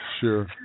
Sure